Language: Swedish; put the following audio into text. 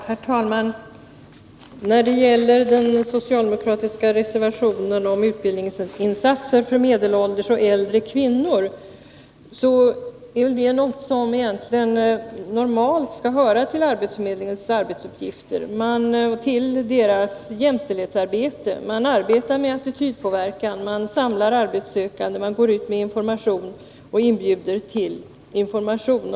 Herr talman! Den socialdemokratiska reservationen om utbildningsinsatser för medelålders och äldre kvinnor berör något som egentligen normalt skall höra till arbetsförmedlingens arbetsuppgifter. Det hör till jämställdhetsarbetet. Man arbetar med attitydpåverkan, man samlar arbetssökande, man går ut med information och man inbjuder till information.